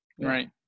Right